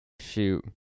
shoot